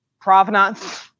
provenance